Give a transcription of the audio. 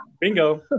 Bingo